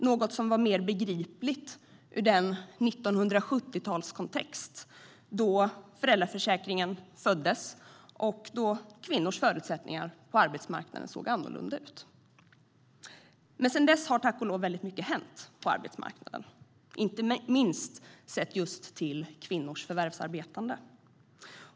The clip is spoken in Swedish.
Det var mer begripligt i 1970-talets kontext när föräldraförsäkringen föddes och kvinnors förutsättningar på arbetsmarknaden såg annorlunda ut. Sedan dess har tack och lov väldigt mycket hänt på arbetsmarknaden, inte minst sett just till kvinnors förvärvsarbetande.